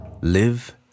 Live